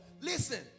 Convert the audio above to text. Listen